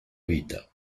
vita